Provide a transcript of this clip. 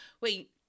Wait